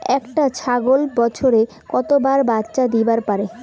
একটা ছাগল বছরে কতবার বাচ্চা দিবার পারে?